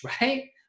right